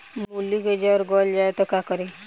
मूली के जर गल जाए त का करी?